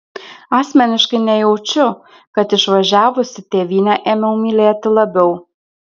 asmeniškai nejaučiu kad išvažiavusi tėvynę ėmiau mylėti labiau